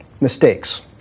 mistakes